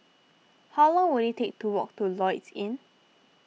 how long will it take to walk to Lloyds Inn